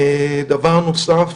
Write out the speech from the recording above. דבר נוסף,